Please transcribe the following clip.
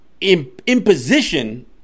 imposition